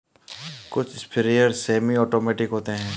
कुछ sprayer semi automatic होते हैं